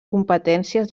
competències